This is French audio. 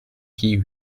qui